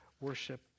worship